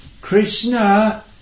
Krishna